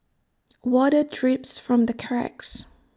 water drips from the cracks